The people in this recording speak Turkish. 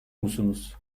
musunuz